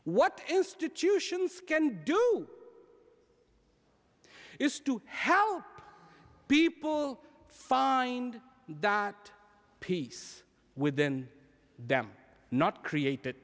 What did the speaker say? what institutions can do is to help people find that peace within them not create